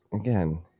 again